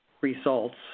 results